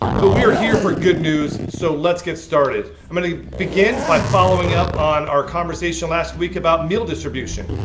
but we are here for good news. so let's get started. i'm going to begin by following up on our conversation last week about meal distribution.